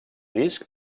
disc